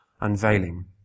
unveiling